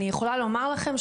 אני יכולה לומר לכם,